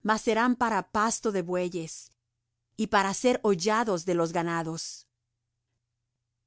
mas serán para pasto de bueyes y para ser hollados de los ganados y